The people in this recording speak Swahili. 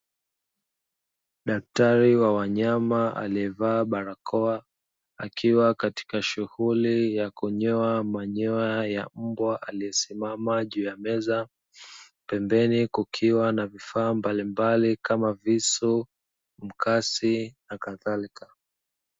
Daktari wa Wanyama aliyevaa barakoa, akiwa katika shughuli ya kunyoa manyoya ya mbwa aliyesimama juu ya meza. Pembeni kukiwa na vifaa mbalimbali kama vile visu mkasi na kadhalika.